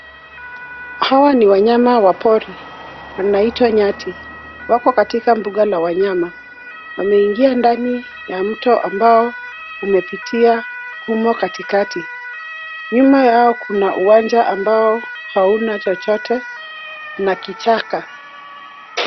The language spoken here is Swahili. Hawa ni wanyama wa pori. Wanaitwa nyati. Wako katika mbuga la wanyama. Wameingia ndani ya mto ambao umepitia humo katikati. Nyuma yao kuna uwanja ambao hauna chochote na kichaka.